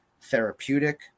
therapeutic